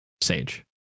Sage